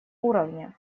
уровне